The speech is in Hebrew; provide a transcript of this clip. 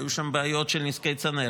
היו שם בעיות של נזקי צנרת.